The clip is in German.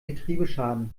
getriebeschaden